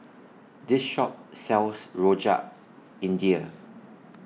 This Shop sells Rojak India